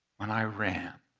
when i ran,